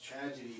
tragedy